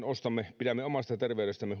ostamme pidämme omasta terveydestämme